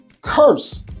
curse